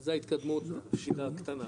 זה ההתקדמות שהיא הקטנה,